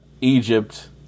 Egypt